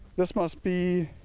this must be,